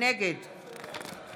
נגד